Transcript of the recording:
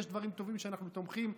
יש דברים טובים שאנחנו תומכים,